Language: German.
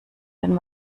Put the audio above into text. den